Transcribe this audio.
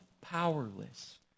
powerless